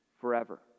forever